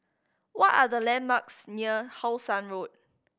what are the landmarks near How Sun Road